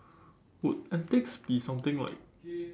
would antics be something like